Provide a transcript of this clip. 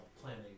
planning